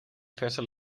verse